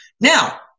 Now